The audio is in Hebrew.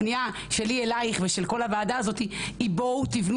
הפנייה שלי אלייך ושל כל הוועדה הזאת היא - בואו תבנו